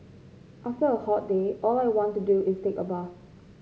after a hot day all I want to do is take a bath